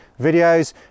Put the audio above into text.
videos